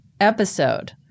episode